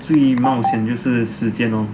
最冒险就是时间 lor